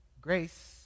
Grace